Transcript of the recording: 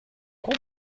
qual